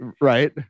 right